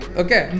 okay